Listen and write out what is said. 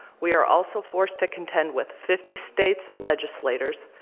we are also forced to contend with fifty states' legislators,